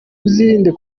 uzirinde